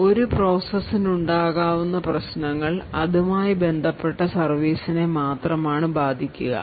ഇത് ഒരു പ്രോസസ്സിന് ഉണ്ടാകുന്ന പ്രശ്നങ്ങൾ അതുമായി ബന്ധപ്പെട്ട സർവീസിനെ മാത്രമാണ് ബാധിക്കുക